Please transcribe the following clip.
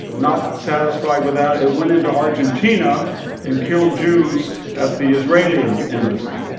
not satisfied with that, it went into argentina and killed jews at the israeli and embassy.